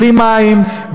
בלי מים,